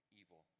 evil